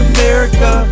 America